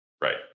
right